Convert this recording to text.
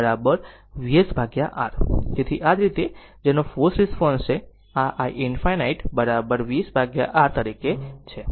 તેથી આ તે જ છે જેનો ફોર્સ્ડ રિસ્પોન્સ છે આ iinfinity VsR તરીકે છે